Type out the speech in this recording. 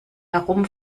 herum